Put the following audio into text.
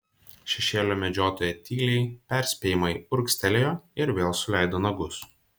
šešėlio medžiotoja tyliai perspėjamai urgztelėjo ir vėl suleido nagus